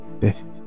test